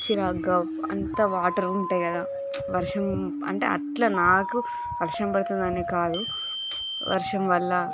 చిరాకుగా అంతా వాటర్ ఉంటాయి కదా వర్షం అంటే అట్లా నాకు వర్షం పడుతుందని కాదు వర్షం వల్ల